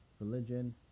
religion